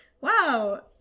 wow